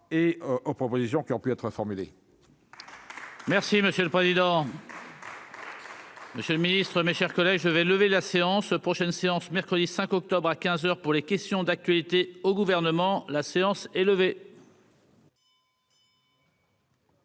et aux propositions qui ont pu être formulées. Merci monsieur le président. Monsieur le Ministre, mes chers collègues, je vais lever la séance prochaine séance mercredi 5 octobre à 15 heures pour les questions d'actualité au gouvernement, la séance est levée.